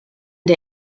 der